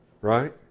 right